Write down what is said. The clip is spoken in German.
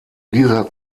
dieser